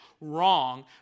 wrong